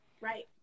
right